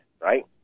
right